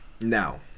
now